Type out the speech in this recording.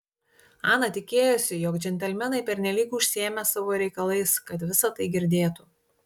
ana tikėjosi jog džentelmenai pernelyg užsiėmę savo reikalais kad visa tai girdėtų